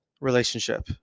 relationship